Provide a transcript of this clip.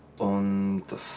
on the